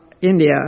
India